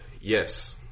yes